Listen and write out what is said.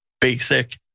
basic